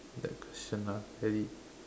next question ah ready